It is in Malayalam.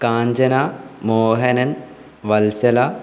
കാഞ്ചന മോഹനൻ വത്സല